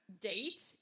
date